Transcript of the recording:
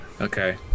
Okay